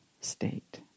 state